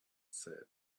said